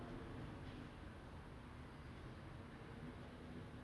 !aiyo! I really forget I know the movie but I forgot how the movie be like